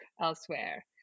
elsewhere